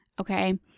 okay